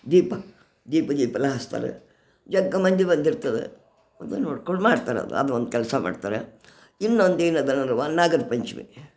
ದೀಪ ದೀಪ ದೀಪ ಎಲ್ಲ ಹಚ್ತಾರೆ ಜಗ್ಗ ಮಂದಿ ಬಂದಿರ್ತದೆ ಅದೇ ನೋಡ್ಕೊಂಡು ಮಾಡ್ತಾರೆ ಅದು ಅದು ಒಂದು ಕೆಲಸ ಮಾಡ್ತಾರೆ ಇನ್ನೊಂದು ಏನಂದವಂದರೆ ನಾಗರ ಪಂಚಮಿ